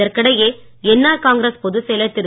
இதற்கிடையே N R Congress பொதுச் செயலர் திரு